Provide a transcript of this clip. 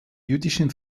jüdischen